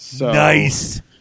Nice